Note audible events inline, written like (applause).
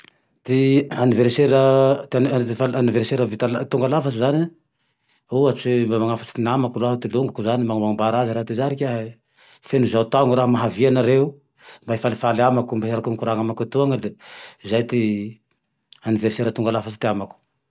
Ty aniverisera, ty (unintelligible) faly aniverisera vita- tonga lafatsy zane e, ohatsy mba manafatsy namako raho, ty longoko zane. Manambara aze raho hoe izaho rikiahe feno zao taogne raho. Mihavia nareo mba hifalifaly amako, mbe hiarake hikoragne amako etony. Le zay ty aniverisera tonga lafatsy te amako.